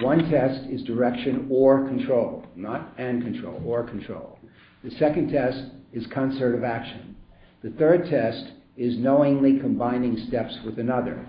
one test is direction or control not and control or control the second test is concert of action the third test is knowingly combining steps with another